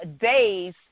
days